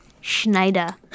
Schneider